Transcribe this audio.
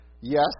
yes